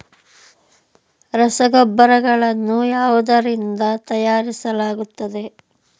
ರಸಗೊಬ್ಬರಗಳನ್ನು ಯಾವುದರಿಂದ ತಯಾರಿಸಲಾಗುತ್ತದೆ?